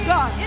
God